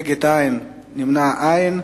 נגד, אין, נמנעים, אין.